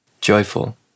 joyful